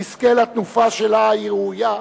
תזכה לתנופה שלה היא ראויה,